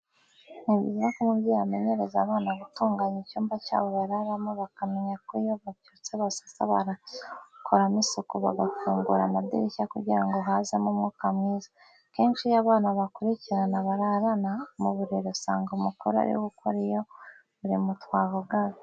Ni byiza ko umubyeyi amenyereza abana gutunganya icyumba cyabo bararamo, bakamenya ko iyo babyutse basasa barangiza bagakoramo isuku bagafungura amadirishya kugira ngo hazemo umwuka mwiza. Kenshi iyo abana bakurikirana bararana mu buriri usanga umukuru ariwe ukora iyo mirimo twavugaga.